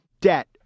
Debt